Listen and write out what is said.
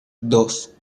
dos